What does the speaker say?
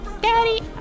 Daddy